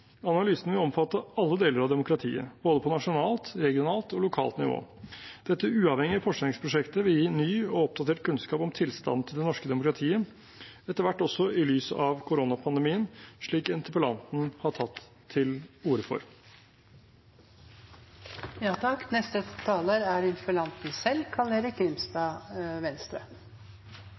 Analysen vil omfatte alle deler av demokratiet, på både nasjonalt, regionalt og lokalt nivå. Dette uavhengige forskningsprosjektet vil gi ny og oppdatert kunnskap om tilstanden til det norske demokratiet – etter hvert også i lys av koronapandemien, slik interpellanten har tatt til orde